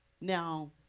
now